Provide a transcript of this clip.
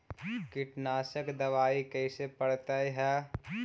कीटनाशक दबाइ कैसे पड़तै है?